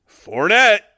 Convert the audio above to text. Fournette